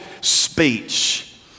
speech